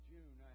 June